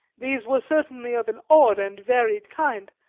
these were certainly of an odd and varied kind,